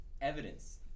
evidence